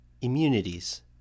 Immunities